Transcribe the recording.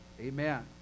Amen